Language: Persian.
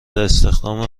استخدام